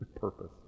purpose